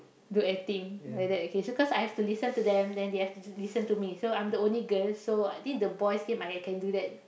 do acting like that K so cause I have to listen to them then they have to listen to me so I'm the only girl so I think the boys I can do that